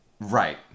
right